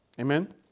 Amen